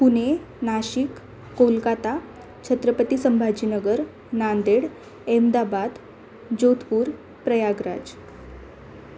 Pune Nashik Kolkata Chhatrapati Sambhajinagar Nanded Ahmedabad Jodhpur Prayagraj